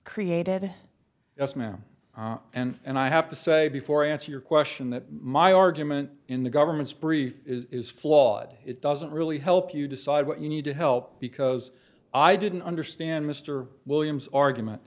created yes ma'am and i have to say before i answer your question that my argument in the government's brief is flawed it doesn't really help you decide what you need to help because i didn't understand mr williams argument